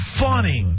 funny